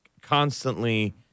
constantly